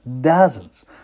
dozens